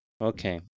Okay